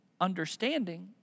understanding